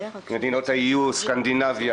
מדינות ה-EU: סקנדינביה,